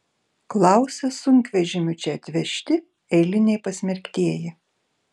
klausia sunkvežimiu čia atvežti eiliniai pasmerktieji